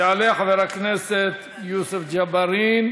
יעלה חבר הכנסת יוסף ג'בארין,